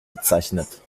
bezeichnet